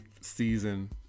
season